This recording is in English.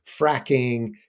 fracking